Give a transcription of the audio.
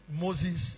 Moses